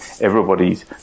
everybody's